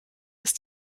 ist